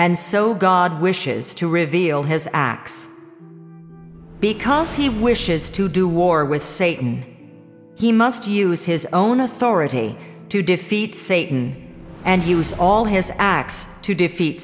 and so god wishes to reveal his acts because he wishes to do war with satan he must use his own authority to defeat satan and use all his acts to defeat